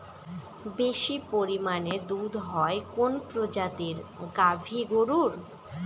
বেশি পরিমানে দুধ হয় কোন প্রজাতির গাভি গরুর?